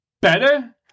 better